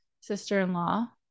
sister-in-law